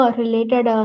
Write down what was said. related